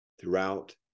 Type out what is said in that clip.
throughout